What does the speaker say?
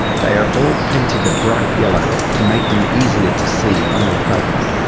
they are all painted a bright yellow to make them easier to see on recovery.